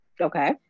Okay